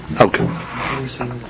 Okay